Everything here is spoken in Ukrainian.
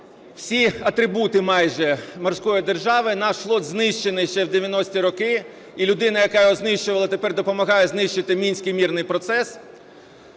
всі атрибути майже морської держави. Наш флот знищений ще в 90-ті роки, і людина, яка його знищувала, тепер допомагає знищувати Мінський мирний процес.